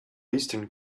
eastern